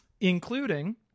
including